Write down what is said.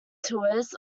tours